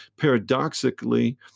paradoxically